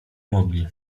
mogli